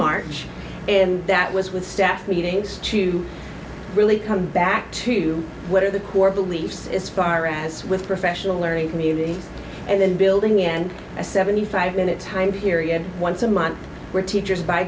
march and that was with staff meetings to really come back to what are the core beliefs as far as with professional learning communities and then building and a seventy five minute time period once a month where teachers by